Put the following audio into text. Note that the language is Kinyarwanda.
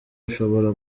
rushobora